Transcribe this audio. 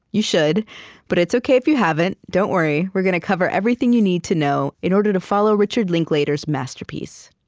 you should but it's okay if you haven't. don't worry. we're gonna cover everything you need to know in order to follow richard linklater's masterpiece